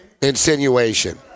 insinuation